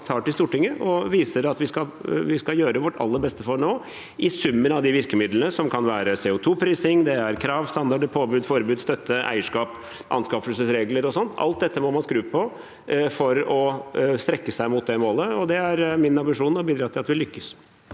og viser at vi skal gjøre vårt aller beste for å nå, i summen av virkemidlene. Det kan være CO2-prising, krav, standarder, påbud, forbud, støtte, eierskap, anskaffelsesregler og slikt. Alt dette må man skru på for å strekke seg mot det målet, og det er min ambisjon å bidra til at vi lykkes.